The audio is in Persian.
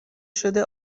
شده